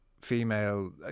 female